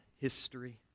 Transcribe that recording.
history